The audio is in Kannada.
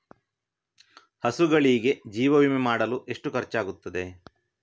ಹಸುಗಳಿಗೆ ಜೀವ ವಿಮೆ ಮಾಡಲು ಎಷ್ಟು ಖರ್ಚಾಗುತ್ತದೆ?